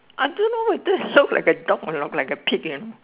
I don't know if this look like a dog or look like a pig ya